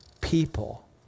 people